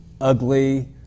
ugly